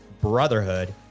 BROTHERHOOD